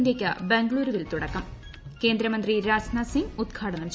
ഇന്തൃയ്ക്ക് ബംഗളൂരുവിൽ തുടക്കം കേന്ദ്രമന്ത്രി രാജ്നാഥ് സിംഗ് ഉദ്ഘാടനം ചെയ്തു